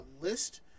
list